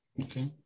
Okay